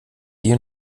hier